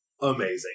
amazing